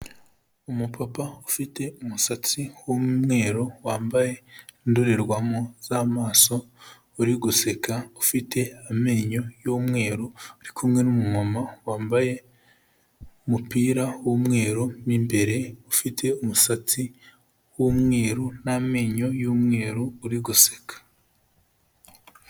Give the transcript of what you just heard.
Umupapa ufite umusatsi w'umweru wambaye indorerwamo z'amaso uri guseka, ufite amenyo y'umweru uri kumwe n'umumama wambaye umupira w'umweru mo imbere, ufite umusatsi w'umweru n'amenyo y'umweru uri guseka.